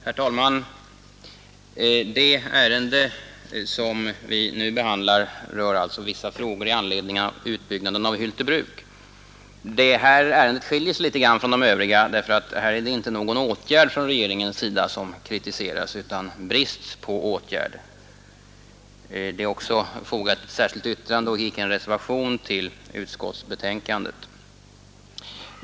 Herr talman! Det ärende som vi nu behandlar rör alltså vissa frågor i anledning av utbyggnaden av Hyltebruk och det skiljer sig litet grand från de övriga därför att det är inte någon åtgärd från regeringens sida som kritiseras utan brist på åtgärd. Det är också fogat ett särskilt yttrande och icke en reservation vid denna punkt i betänkandet.